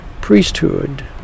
Priesthood